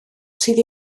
sydd